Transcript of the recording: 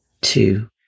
two